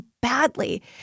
badly